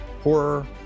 horror